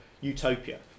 utopia